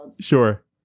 sure